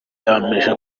yahamije